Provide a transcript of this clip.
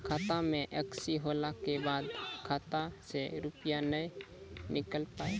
खाता मे एकशी होला के बाद खाता से रुपिया ने निकल पाए?